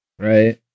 Right